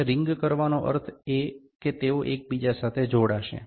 તેમને રિંગ કરવાનો અર્થ એ કે તેઓ એકબીજા સાથે જોડાશે